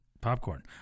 Popcorn